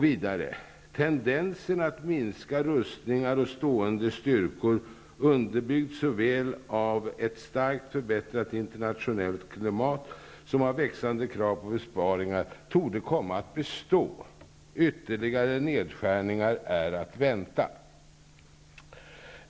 Vidare sägs: Tendensen att minska rustningar och stående styrkor underbyggd såväl av ett starkt förbättrat internationellt klimat som av växande krav på besparingar torde komma att bestå. Ytterligare nedskärningar är att vänta.